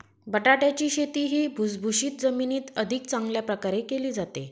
बटाट्याची शेती ही भुसभुशीत जमिनीत अधिक चांगल्या प्रकारे केली जाते